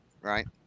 right